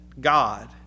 God